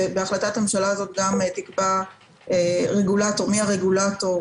החלטת הממשלה הזו תקבע מי הרגולטור,